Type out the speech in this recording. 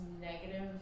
negative